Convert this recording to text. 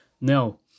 Now